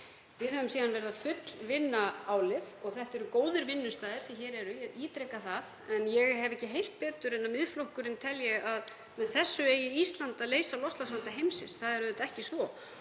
Við höfum síðan verið að fullvinna álið. Þetta eru góðir vinnustaðir sem hér eru, ég ítreka það, en ég heyri ekki betur en að Miðflokkurinn telji að með þessu eigi Ísland að leysa loftslagsvanda heimsins. Það er auðvitað ekki svo.